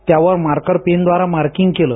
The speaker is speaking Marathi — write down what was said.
त्यावर मार्कर पेनद्वारे मार्किंग केलं